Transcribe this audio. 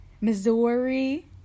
Missouri